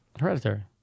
Hereditary